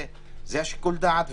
זה שיקול הדעת,